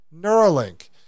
Neuralink